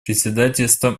председательством